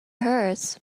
hers